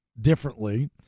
differently